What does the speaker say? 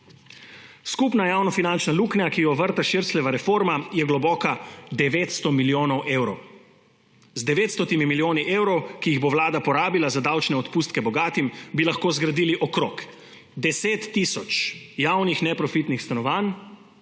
Skupna javnofinančna luknja, ki jo vrta Šircljeva reforma, je globoka 900 milijonov evrov. Z 900 milijoni evrov, ki jih bo Vlada porabila za davčne odpustke bogatim, bi lahko zgradili okoli 10 tisoč javnih neprofitnih stanovanj,